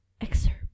excerpt